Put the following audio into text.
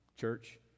church